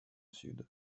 sud